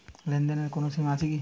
লেনদেনের কোনো সীমা আছে কি?